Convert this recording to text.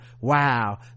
wow